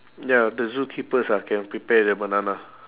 ya the zookeepers ah can prepare the banana